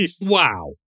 Wow